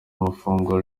amafunguro